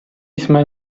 jsme